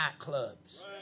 nightclubs